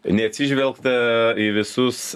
neatsižvelgta į visus